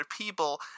people